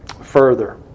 further